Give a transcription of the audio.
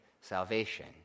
salvation